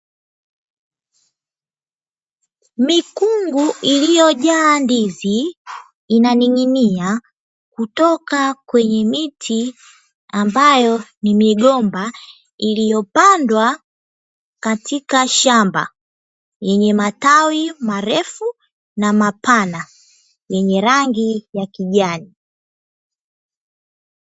Mikungu iliyojaa ndizi inaning'inia kutoka kwenye miti ambayo ni migomba, iliyopandwa katika shamba lenye matawi marefu na mapana yenye rangi ya kijani.